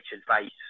advice